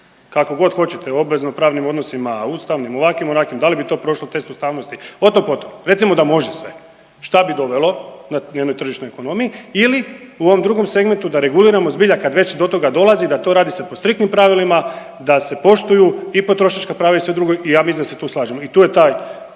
kako god hoćete, u obveznopravnm odnosima, ustavnim, ovakvim, onakvim, da li bi to prošlo test ustavnosti, o tom potom. Recimo da može sve. Šta bi dovelo na njenoj tržišnoj ekonomiji ili u ovom drugom segmentu da reguliramo zbilja, kad već do toga dolazi, da to radi se po striktnim pravilima, da se poštuju i potrošačka prava i sve drugo i ja mislim da se tu slažemo